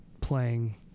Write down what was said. playing